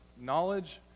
knowledge